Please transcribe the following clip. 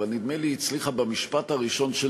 אבל נדמה לי שהיא הצליחה במשפט הראשון של